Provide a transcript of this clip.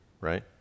right